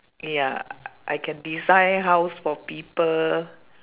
ya I can design house for people